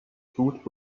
food